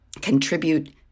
contribute